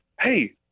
hey